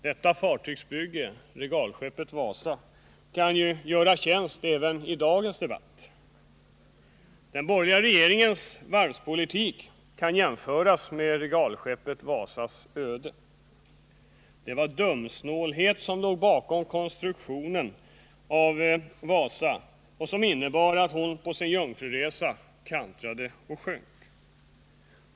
Detta fartygsbygge, regalskeppet Wasa, kan göra tjänst även i dagens debatt. Den borgerliga regeringens varvspolitik kan jämföras med regalskeppet Wasas öde. Det var dumsnålhet som låg bakom konstruktionen av Wasa och som ledde till att hon på sin jungfruresa kantrade och sjönk.